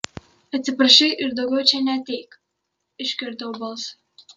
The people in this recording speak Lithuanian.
atsiprašei ir daugiau čia neateik išgirdau balsą